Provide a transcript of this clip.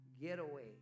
getaway